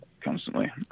constantly